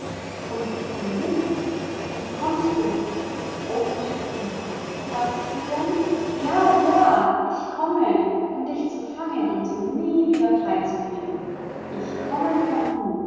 und du wie kommst du odu mein glück weißt du denn ja ja ich komme um dich zu fangen und nie wieder freizugeben ich komme vom